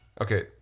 Okay